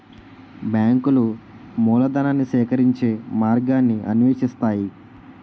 బ్యాంకులు మూలధనాన్ని సేకరించే మార్గాన్ని అన్వేషిస్తాయి